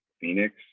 Phoenix